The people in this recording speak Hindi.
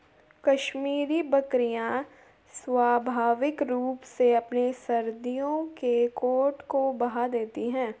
कश्मीरी बकरियां स्वाभाविक रूप से अपने सर्दियों के कोट को बहा देती है